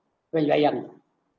when you are young